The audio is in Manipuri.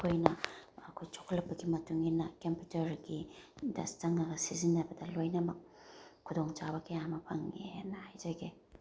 ꯑꯩꯈꯣꯏꯅ ꯑꯩꯈꯣꯏ ꯆꯥꯎꯈꯠꯂꯛꯄꯒꯤ ꯃꯇꯨꯡ ꯏꯟꯅ ꯀꯝꯄ꯭ꯌꯨꯇꯔꯒꯤꯗ ꯆꯪꯉꯒ ꯁꯤꯖꯤꯟꯅꯕꯗ ꯂꯣꯏꯅꯃꯛ ꯈꯨꯗꯣꯡ ꯆꯥꯕ ꯀꯌꯥ ꯑꯃ ꯐꯪꯉꯦꯅ ꯍꯥꯏꯖꯒꯦ